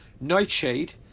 Nightshade